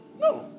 No